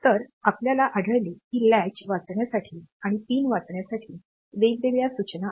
तर आपल्याला आढळेल की लॅच वाचण्यासाठी आणि पिन वाचण्यासाठी वेगवेगळ्या सूचना आहेत